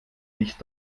nicht